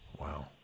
Wow